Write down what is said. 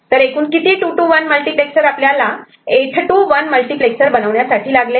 तर एकूण किती 2 to 1 मल्टिप्लेक्सर आपल्याला 8 to 1 मल्टिप्लेक्सर बनवण्यासाठी लागले